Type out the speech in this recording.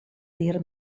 dir